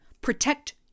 protect